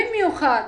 במיוחד